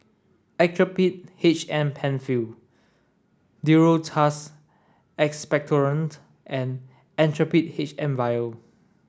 Actrapid H M Penfill Duro Tuss Expectorant and Actrapid H M Vial